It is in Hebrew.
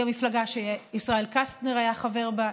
היא המפלגה שישראל קסטנר היה חבר בה,